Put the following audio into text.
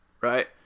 right